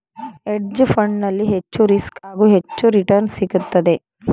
hedge fund ನಲ್ಲಿ ಹೆಚ್ಚು risk, ಹಾಗೂ ಹೆಚ್ಚು ರಿಟರ್ನ್ಸ್ ಸಿಗುತ್ತದೆ